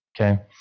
okay